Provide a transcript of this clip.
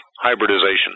hybridization